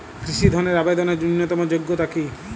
কৃষি ধনের আবেদনের ন্যূনতম যোগ্যতা কী?